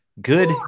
good